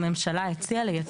שלה.